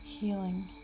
healing